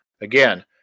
again